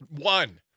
One